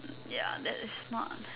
ya that is most